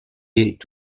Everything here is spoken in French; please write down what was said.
est